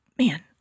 man